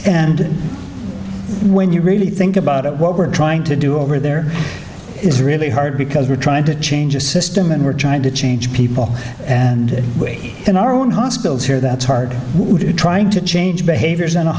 and when you really think about it what we're trying to do over there is really hard because we're trying to change a system and we're trying to change people and in our own hospitals here that's hard trying to change behaviors in a